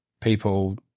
people